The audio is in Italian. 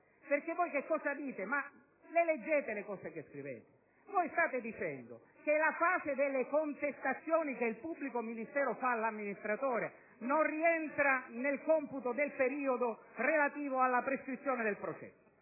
poteri enormi. Ma le leggete le cose che scrivete? State dicendo che la fase delle contestazioni che il pubblico ministero fa all'amministratore non rientra nel computo del periodo relativo alla prescrizione del processo: